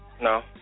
No